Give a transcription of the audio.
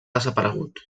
desaparegut